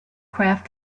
craft